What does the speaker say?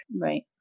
Right